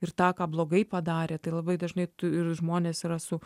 ir tą ką blogai padarė tai labai dažnai tu ir žmonės yra su